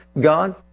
God